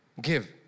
give